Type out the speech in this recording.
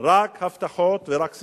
רק הבטחות ורק ססמאות.